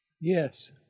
Yes